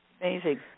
Amazing